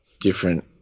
different